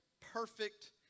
perfect